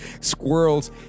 squirrels